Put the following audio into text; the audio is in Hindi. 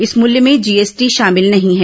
इस मुल्य में जीएसटी शामिल नहीं है